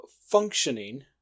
functioning